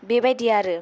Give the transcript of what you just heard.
बेबायदि आरो